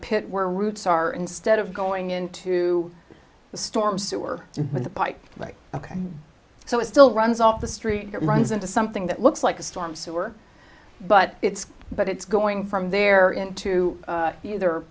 pit where roots are instead of going into the storm sewer with the pipe ok so it still runs off the street it runs into something that looks like a storm sewer but it's but it's going from there into either